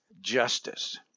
justice